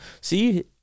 See